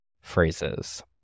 phrases